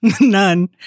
None